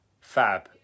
fab